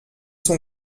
son